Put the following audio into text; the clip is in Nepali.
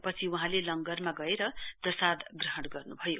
पछि वहाँले लंगरमा गएर प्रसाद ग्रहण गर्नुभयो